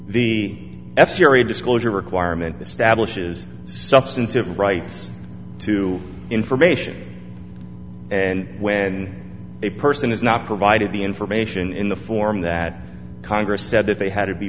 the f series disclosure requirement the stablish is substantive rights to information and when a person is not provided the information in the form that congress said that they had to be